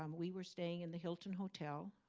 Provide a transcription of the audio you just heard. um we were staying in the hilton hotel,